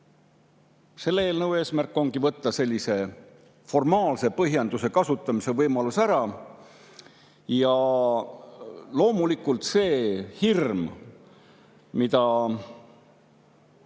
Selle eelnõu eesmärk ongi võtta sellise formaalse põhjenduse kasutamise võimalus ära. Loomulikult, see hirm, mida,